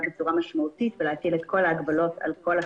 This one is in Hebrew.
בצורה משמעותית ולהטיל את כל ההגבלות על כל החברות.